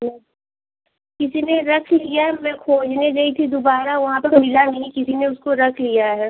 मैं किसी ने रख लिया है मैं खोजने गई थी दुबारा वहाँ पर मिला नही किसी ने उसको रख लिया है